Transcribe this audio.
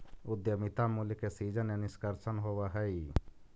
उद्यमिता मूल्य के सीजन या निष्कर्षण होवऽ हई